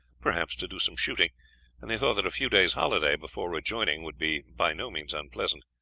perhaps, to do some shooting and they thought that a few days' holiday before rejoining would be by no means unpleasant.